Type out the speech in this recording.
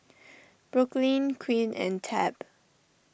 Brooklynn Quinn and Tab